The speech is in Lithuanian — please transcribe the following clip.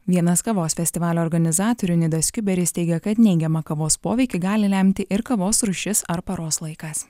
vienas kavos festivalio organizatorių nidas kiuberis teigia kad neigiamą kavos poveikį gali lemti ir kavos rūšis ar paros laikas